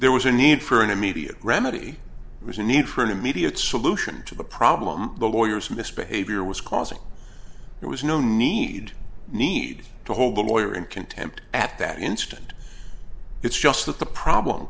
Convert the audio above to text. there was a need for an immediate remedy was a need for an immediate solution to the problem the lawyers misbehavior was causing there was no need need to hold the lawyer in contempt at that instant it's just that the problem